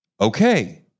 okay